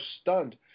stunned